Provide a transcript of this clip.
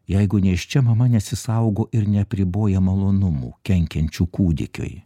jeigu nėščia mama nesisaugo ir neapriboja malonumų kenkiančių kūdikiui